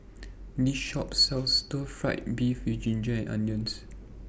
This Shop sells Stir Fried Beef with Ginger Onions